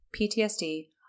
PTSD